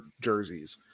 jerseys